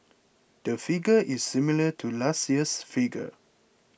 the figure is similar to last year's figure